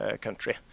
country